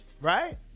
right